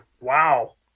Wow